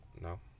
no